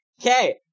Okay